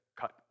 cut